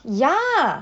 ya